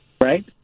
right